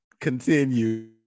Continue